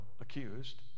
accused